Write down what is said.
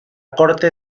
corte